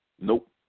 Nope